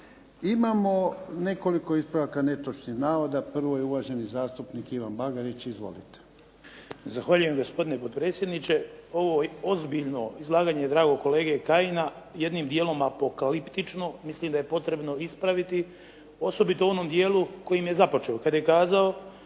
Imamo nekoliko ispravaka netočnih navoda. Prvi je uvaženi zastupnik Ivan Bagarić. Izvolite. **Bagarić, Ivan (HDZ)** Zahvaljujem gospodine potpredsjedniče, ovo je ozbiljno izlaganje dragog kolege Kajina jednim dijelom apokaliptično, mislim da je potrebno ispraviti, osobito u onom dijelu kada je započeo kada je kazao